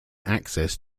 access